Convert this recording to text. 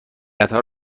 قطار